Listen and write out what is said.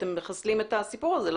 אתם מחסלים את הסיפור הזה.